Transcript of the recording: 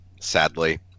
sadly